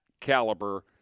caliber